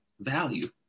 value